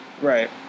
Right